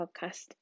podcast